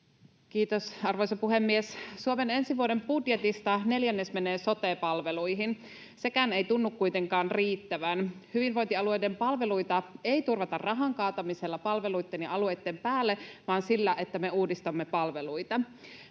Kiitos, arvoisa puhemies! Suomen ensi vuoden budjetista neljännes menee sote-palveluihin. Sekään ei tunnu kuitenkaan riittävän. Hyvinvointialueiden palveluita ei turvata rahan kaatamisella palveluitten ja alueitten päälle, vaan sillä, että me uudistamme palveluita.